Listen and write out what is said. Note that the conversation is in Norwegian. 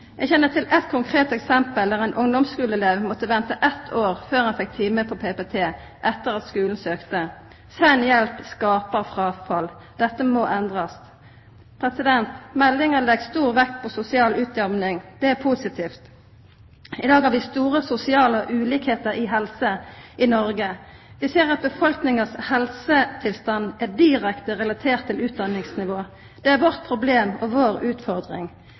Eg kjenner til eit konkret eksempel der ein ungdomsskuleelev måtte venta eit år før han fekk time hos PPT, etter at skulen søkte. Sein hjelp skapar fråfall. Dette må endrast. Meldinga legg stor vekt på sosial utjamning. Det er positivt. I dag har vi store sosiale ulikskapar i helse i Noreg. Vi ser at befolkningas helsetilstand er direkte relatert til utdanningsnivået. Det er vårt problem og vår utfordring.